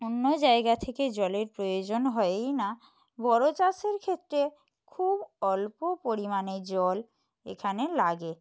অন্য জায়গা থেকে জলের প্রয়োজন হয়ই না বড়ো চাষের ক্ষেত্রে খুব অল্প পরিমাণে জল এখানে লাগে